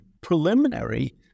preliminary